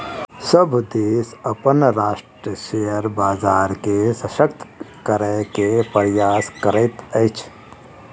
सभ देश अपन राष्ट्रक शेयर बजार के शशक्त करै के प्रयास करैत अछि